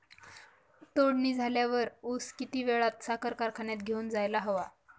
तोडणी झाल्यावर ऊस किती वेळात साखर कारखान्यात घेऊन जायला हवा?